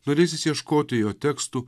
norėsis ieškoti jo tekstų